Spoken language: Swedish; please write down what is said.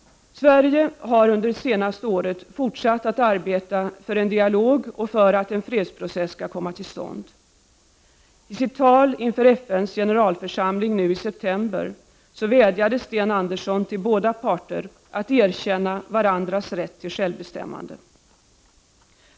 Sverige har under det senaste året fortsatt att arbeta för att en dialog och för att en fredsprocess skall komma till stånd. I sitt tal inför FN:s generalförsamling nu i september vädjade Sten Andersson till båda parter att erkänna varandras rätt till självbestämmande.